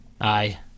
Aye